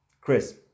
Chris